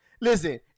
Listen